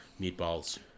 meatballs